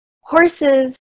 horses